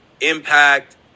impact